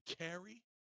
carry